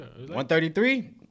133